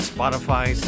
Spotify